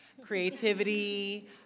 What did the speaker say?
Creativity